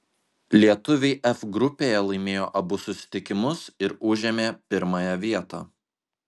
lietuviai f grupėje laimėjo abu susitikimus ir užėmė pirmąją vietą